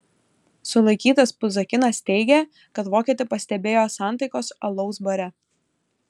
sulaikytas puzakinas teigė kad vokietį pastebėjo santaikos alaus bare